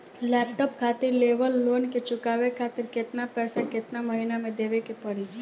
Laptop खातिर level loan के चुकावे खातिर केतना पैसा केतना महिना मे देवे के पड़ी?